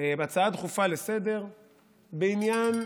בהצעה דחופה לסדר-היום בעניין